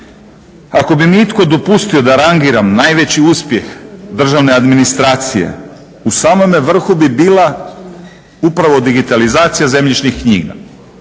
Ako bi mi itko dopustio da rangiram najveći uspjeh državne administracije u samome vrhu bi bila upravo digitalizacija zemljišnih knjiga.